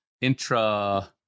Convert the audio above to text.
Intra